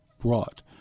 brought